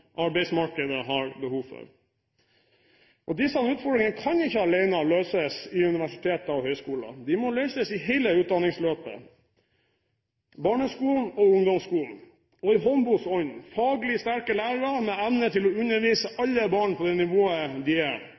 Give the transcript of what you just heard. arbeidsmarkedet har behov for. Disse utfordringene kan ikke alene løses i universiteter og høyskoler. De må løses i hele utdanningsløpet – i barneskolen og i ungdomsskolen – og, i Holmboes ånd, med faglig sterke lærere med evne til å undervise alle barn på det nivået de er.